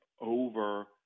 over